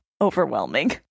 overwhelming